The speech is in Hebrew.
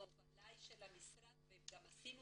ההובלה היא של המשרד וגם עשינו